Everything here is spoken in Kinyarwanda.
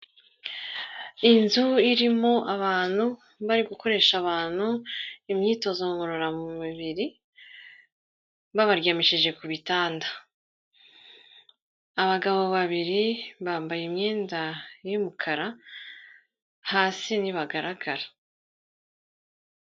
Inzu irimo abantu bari gukoresha abantu imyitozo ngororamubiribiri babaryamishije ku bitanda, abagabo babiri bambaye imyenda y'umukara hasi ntibagaragara.